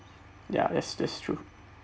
ya that's that's true